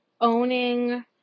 owning